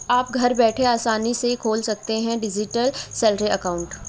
आप घर बैठे आसानी से खोल सकते हैं डिजिटल सैलरी अकाउंट